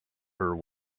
her